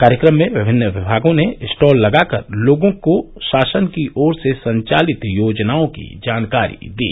कार्यक्रम में विभिन्न विभागों ने स्टॉल लगाकर लोगों को शासन की ओर से संचालित योजनाओं की जानकारी दी